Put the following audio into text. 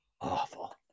Awful